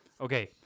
Okay